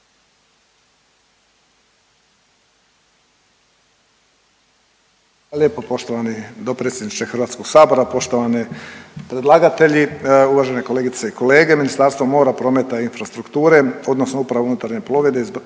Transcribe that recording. lijepa poštovani dopredsjedniče HS-a, poštovane predlagatelji. Uvažene kolegice i kolege. Ministarstvo mora, prometa i infrastrukture odnosno Uprava unutarnje plovidbe,